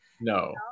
no